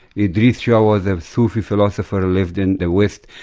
idries shah was a sufi philosopher who lived in the west.